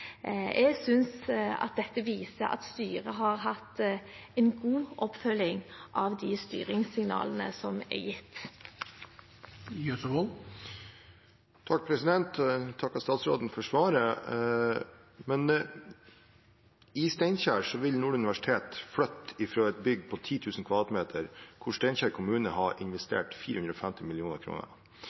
Jeg synes dette viser at styret har hatt en god oppfølging av de styringssignalene som er gitt. Jeg takker statsråden for svaret. I Steinkjer vil Nord universitet flytte fra et bygg på 10 000 m 2 , der Steinkjer kommune har investert 450